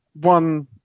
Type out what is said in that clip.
one